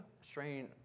strain